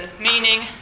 meaning